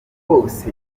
hose